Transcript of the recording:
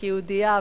כיהודייה,